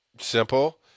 simple